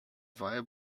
via